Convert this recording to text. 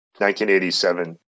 1987